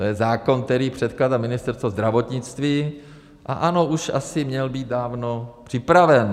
To je zákon, který předkládá Ministerstvo zdravotnictví, a ano, už asi měl být dávno připraven.